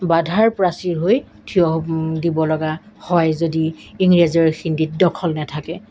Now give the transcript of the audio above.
বাধাৰ প্ৰাচীৰ হৈ থিয় দিব লগা হয় যদি ইংৰাজী আৰু হিন্দীত দখল নাথাকে